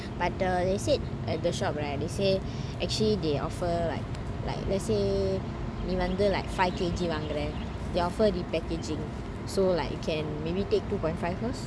but the they said at the shop right they say actually they offer like like let's say நீ வந்து:nee vanthu five K_G வாங்குற:vangura they offer repackaging so like you can maybe take two point five first